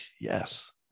yes